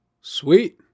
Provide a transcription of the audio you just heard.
Sweet